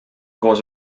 koos